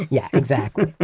yeah, exactly.